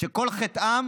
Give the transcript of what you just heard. שכל חטאם